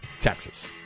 texas